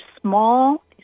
small